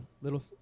little